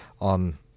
on